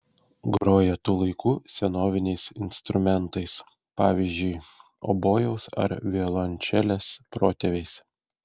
groja tų laikų senoviniais instrumentais pavyzdžiui obojaus ar violončelės protėviais